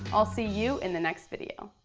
i'll see you in the next video.